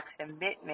commitment